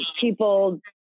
people